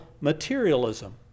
materialism